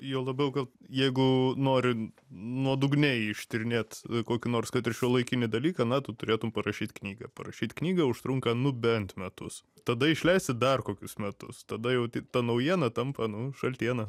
juo labiau kad jeigu norim nuodugniai ištyrinėt kokį nors kad ir šiuolaikinį dalyką na tu turėtum parašyt knygą parašyt knygą užtrunka nu bent metus tada išleisti dar kokius metus tada jau ta naujiena tampa nu šaltiena